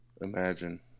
Imagine